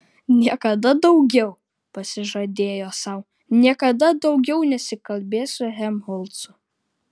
niekada daugiau pasižadėjo sau niekada daugiau nesikalbės su helmholcu